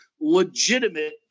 legitimate